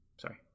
Sorry